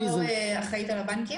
אני לא אחראית על הבנקים.